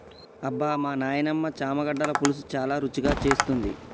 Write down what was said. అబ్బమా నాయినమ్మ చామగడ్డల పులుసు చాలా రుచిగా చేస్తుంది